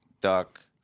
duck